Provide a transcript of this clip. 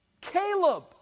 Caleb